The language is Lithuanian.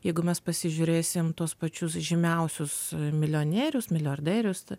jeigu mes pasižiūrėsim tuos pačius žymiausius milijonierius milijordierius tai